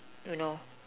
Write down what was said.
you know